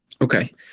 Okay